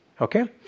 okay